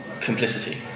complicity